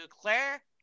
Claire